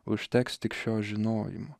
užteks tik šio žinojimo